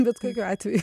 bet kokiu atveju